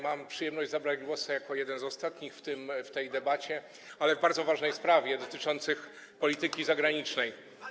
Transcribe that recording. Mam przyjemność zabrać głos jako jeden z ostatnich w tej debacie, ale w bardzo ważnej sprawie dotyczącej polityki zagranicznej.